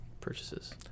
purchases